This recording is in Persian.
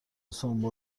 سمبل